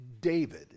david